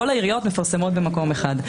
כל העיריות מפרסמות במקום אחד.